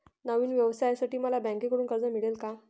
नवीन व्यवसायासाठी मला बँकेकडून कर्ज मिळेल का?